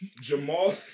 Jamal